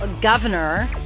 governor